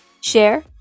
share